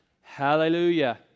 Hallelujah